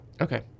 Okay